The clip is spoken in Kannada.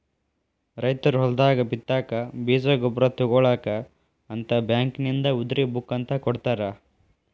ರೈತರು ಹೊಲದಾಗ ಬಿತ್ತಾಕ ಬೇಜ ಗೊಬ್ಬರ ತುಗೋಳಾಕ ಅಂತ ಬ್ಯಾಂಕಿನಿಂದ ಉದ್ರಿ ಬುಕ್ ಅಂತ ಕೊಡತಾರ